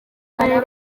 karere